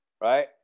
right